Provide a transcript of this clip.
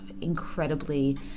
incredibly